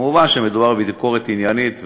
מובן שמדובר בביקורת עניינית,